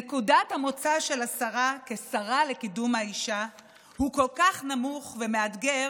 נקודת המוצא של השרה כשרה לקידום האישה היא כל כך נמוכה ומאתגרת,